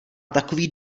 takový